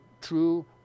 true